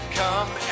come